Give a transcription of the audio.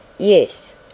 Yes